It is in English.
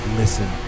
listen